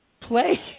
play